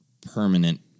permanent